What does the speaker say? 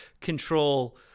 control